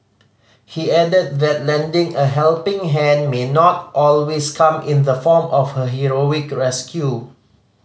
he added that lending a helping hand may not always come in the form of a heroic rescue